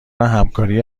همکاری